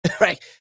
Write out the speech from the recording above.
Right